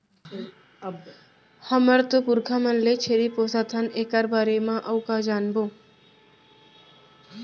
हमर तो पुरखा मन ले छेरी पोसत हन एकर बारे म अउ का जानबो?